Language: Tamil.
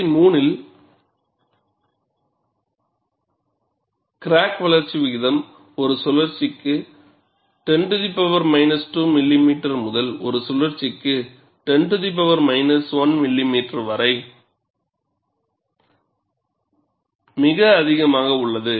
பகுதி 3 ல் கிராக் வளர்ச்சி விகிதம் ஒரு சுழற்சிகக்கு 10 2 மில்லிமீட்டர் முதல் ஒரு சுழற்சிகக்கு 10 1 மில்லிமீட்டர் வரிசையில் மிக அதிகமாக உள்ளது